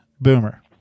Boomer